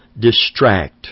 distract